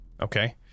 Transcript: Okay